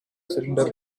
cylinder